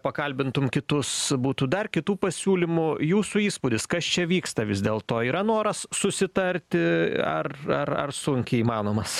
pakalbintum kitus būtų dar kitų pasiūlymų jūsų įspūdis kas čia vyksta vis dėl to yra noras susitarti ar ar ar sunkiai įmanomas